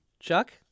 Chuck